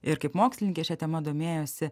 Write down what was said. ir kaip mokslininkė šia tema domėjosi